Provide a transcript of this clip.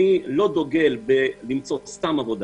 אני לא דוגל בלמצוא סתם עבודה,